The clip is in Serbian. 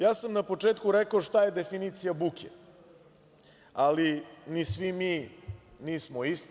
Ja sam na početku rekao šta je definicija buke, ali ni svi mi nismo isti.